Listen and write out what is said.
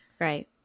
Right